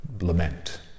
lament